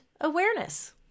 awareness